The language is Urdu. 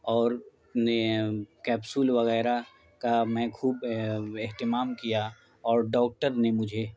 اور نے کیپسول وغیرہ کا میں خوب اہتمام کیا اور ڈاکٹر نے مجھے